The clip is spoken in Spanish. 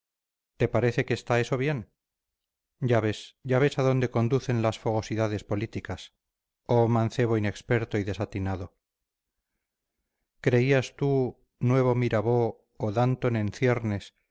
te parece que está eso bien ya ves ya ves a dónde conducen las fogosidades políticas oh mancebo inexperto y desatinado creías tú nuevo mirabeau o danton en ciernes